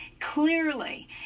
Clearly